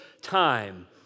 time